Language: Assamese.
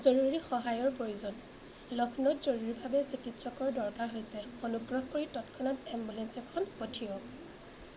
জৰুৰী সহায়ৰ প্ৰয়োজন লক্ষ্নৌত জৰুৰীভাৱে চিকিৎসাৰ দৰকাৰ হৈছে অনুগ্ৰহ কৰি তৎক্ষণাত এম্বুলেঞ্চ এখন পঠিয়াওক